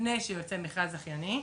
- לפני שיוצא מכרז זכייני,